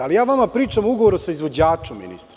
Ali, ja vama pričam o ugovoru sa izvođačem, ministre.